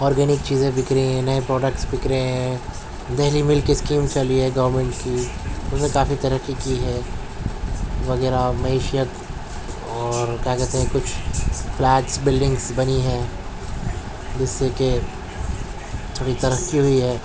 organic چیزیں بک رہی ہیں اور نئے پروڈکٹس بک رہے ہیں دہلی ملک اسکیم چلی ہے گورنمنٹ کی اس میں کافی ترقی کی ہے وغیرہ معیشیت اور کیا کہتے ہیں کچھ فلیٹس بلڈنگس بنی ہے جس سے کہ تھوڑی ترقی ہوئی ہے